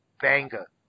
banger